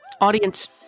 Audience